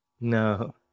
No